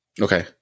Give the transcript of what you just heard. okay